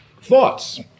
Thoughts